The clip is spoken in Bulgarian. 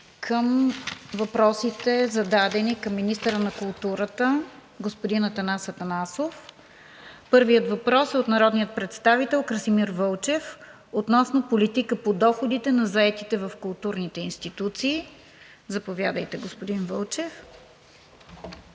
към въпросите, зададени към министъра на културата господин Атанас Атанасов. Първият въпрос е от народния представител Красимир Вълчев относно политика по доходите на заетите в културните институции. Заповядайте, господин Вълчев.